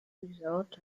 without